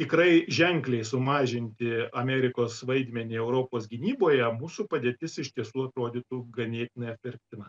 tikrai ženkliai sumažinti amerikos vaidmenį europos gynyboje mūsų padėtis iš tiesų atrodytų ganėtinai apverktina